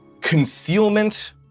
concealment